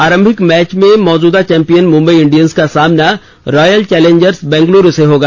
आरंभिक मैच में मौजूदा चैंपियन मुम्बई इंडियन्स का सामना रॉयल चैलेंजर्स बेंगलौर से होगा